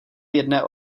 jedné